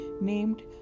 named